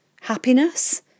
happiness